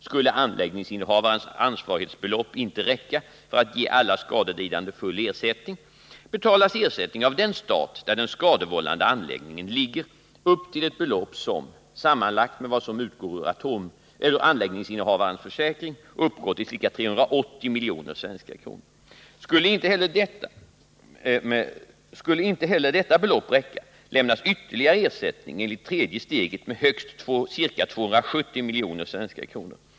Skulle anläggningsinnehavarens ansvarighetsbelopp inte räcka för att ge alla skadelidande full ersättning, betalas ersättning av den stat där den skadevållande anläggningen ligger, upp till ett belopp som, sammanlagt med vad som utgår ur anläggningsinnehavarens försäkring, uppgår till ca 380 miljoner svenska kronor. Skulle inte heller detta belopp räcka, lämnas ytterligare ersättning enligt tredje steget med högst ca 270 miljoner svenska kronor.